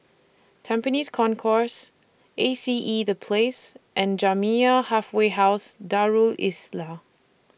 Tampines Concourse A C E The Place and Jamiyah Halfway House Darul Islah